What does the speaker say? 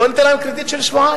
בוא ניתן להם קרדיט של שבועיים.